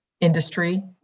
industry